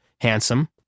handsome